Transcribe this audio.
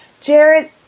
Jared